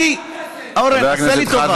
אמרתי, אורן, עשה לי טובה.